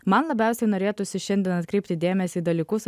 man labiausiai norėtųsi šiandien atkreipti dėmesį į dalykus